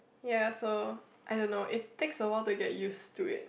ya so I don't know it takes a while to get used to it